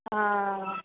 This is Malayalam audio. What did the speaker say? ആ